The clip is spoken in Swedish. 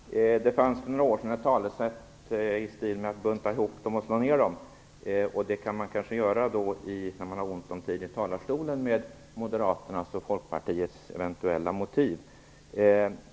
Fru talman! Det fanns för några år sedan ett talesätt i stil med "bunta ihop dem och slå ner dem". Det kan man kanske göra med Moderaternas och Folkpartiets eventuella motiv när man har ont om tid i talarstolen.